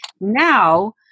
Now